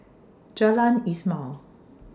Jalan Ismail